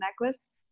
necklace